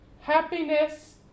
happiness